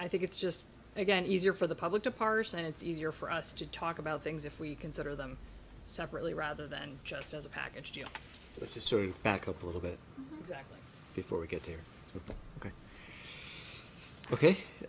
i think it's just again easier for the public to parse and it's easier for us to talk about things if we consider them separately rather than just as a package deal which is sort of back up a little bit before we get there ok ok